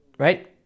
Right